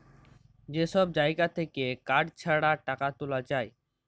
যে সব জাগা থাক্যে কার্ড ছাড়া টাকা তুলা যায়